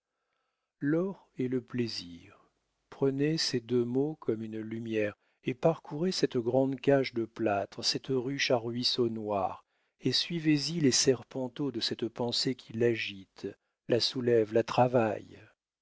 l'or et le plaisir prenez ces deux mots comme une lumière et parcourez cette grande cage de plâtre cette ruche à ruisseaux noirs et suivez y les serpenteaux de cette pensée qui l'agite la soulève la travaille